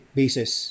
basis